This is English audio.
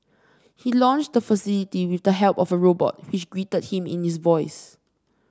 he launched the facility with the help of a robot which greeted him in his voice